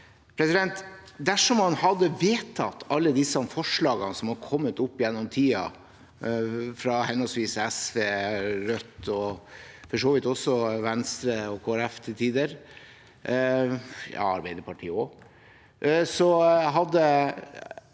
Dersom man hadde vedtatt alle disse forslagene som har kommet opp gjennom tidene – fra henholdsvis SV, Rødt og for så vidt også Venstre og Kristelig Folkeparti til tider, ja, Arbeiderpartiet også – hadde